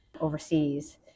overseas